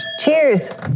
Cheers